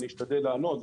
אשתדל לענות,